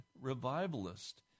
revivalist